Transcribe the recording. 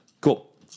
Cool